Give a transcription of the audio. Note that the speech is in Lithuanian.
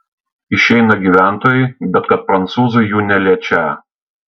išeina gyventojai bet kad prancūzai jų neliečią